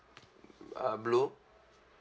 uh blue